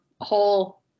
whole